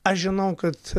aš žinau kad